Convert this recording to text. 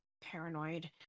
paranoid